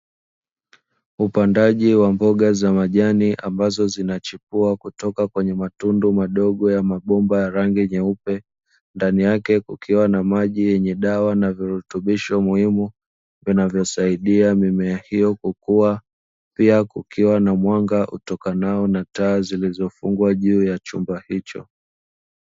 Upandaji wa mboga za majani, ambazo zinachipua kutoka kwenye matundu madogo yenye rangi nyeupe, ndani yake kukiwa na maji yenye dawa na virutubisho muhimu, vinavyosaidia mimea hiyo kukua, pia kukiwa na mwanga utokanao na taa zilizofungwa juu ya chumba hicho.